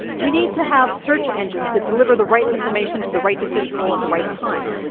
we need to have search engines that deliver the right information to the right decision rule at the right time.